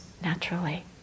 naturally